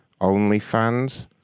OnlyFans